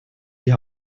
die